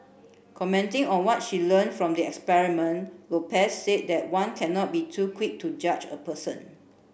commenting on what she learnt from the experiment Lopez said that one cannot be too quick to judge a person